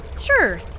Sure